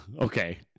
Okay